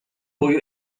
boyu